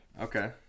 Okay